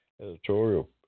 editorial